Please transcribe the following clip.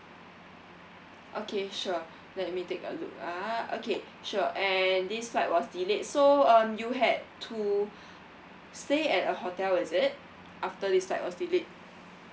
okay sure let me take a look ah okay sure and this flight was delayed so um you had to stay at a hotel is it after this flight was delayed